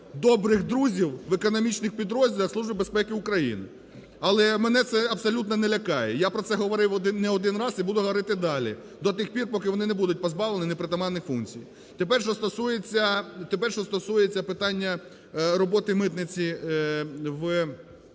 добрих друзів в економічних підрозділах Служби безпеки України. Але мене це абсолютно не лякає. Я про це говорив не один раз і буду говорити далі, до тих пір, поки вони не будуть позбавлені непритаманних функцій. Тепер що стосується питання роботи митниці в Одеській